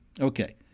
Okay